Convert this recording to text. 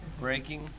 Breaking